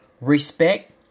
Respect